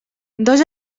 dos